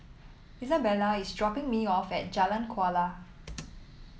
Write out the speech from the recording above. Isabella is dropping me off at Jalan Kuala